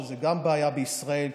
שגם זו בעיה בישראל.